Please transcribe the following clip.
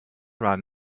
ran